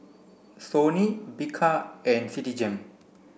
Sony Bika and Citigem